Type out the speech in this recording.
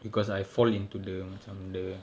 because I fall into the macam the